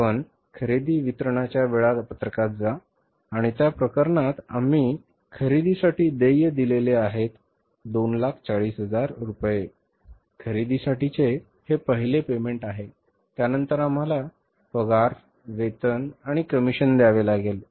आपण खरेदी वितरणाच्या वेळापत्रकात जा आणि त्या प्रकरणात आम्ही खरेदीसाठी देय दिलेले आहोत 240000 रुपये खरेदीसाठीचे हे पहिले पेमेंट आहे त्यानंतर आम्हाला किती पगार वेतन आणि कमिशन द्यावे लागेल